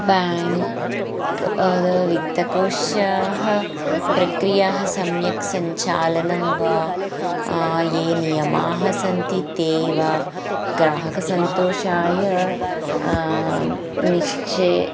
bank वित्तकोशाः प्रक्रियाः सम्यक् सञ्चालनं वा ये नियमाः सन्ति ते वा ग्राहकसन्तोषाय निश्चय